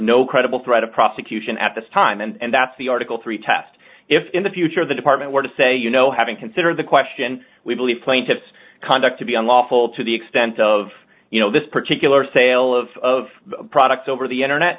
no credible threat of prosecution at this time and that's the article three test if in the future the department were to say you know having considered the question we believe plaintiffs conduct to be unlawful to the extent of you know this particular sale of products over the internet